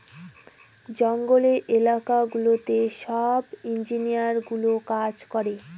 জঙ্গলের এলাকা গুলোতে সব ইঞ্জিনিয়ারগুলো কাজ করে